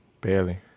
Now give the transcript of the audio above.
Barely